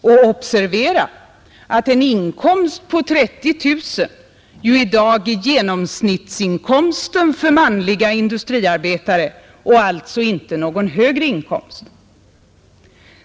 Och observera att en inkomst på 30000 kronor ju i dag är genomsnittsinkomsten för manliga industriarbetare och alltså inte någon högre inkomst.